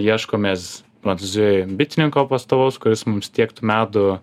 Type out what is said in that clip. ieškomės prancūzijoj bitininko pastovaus kuris mums tiektų medų